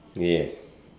yes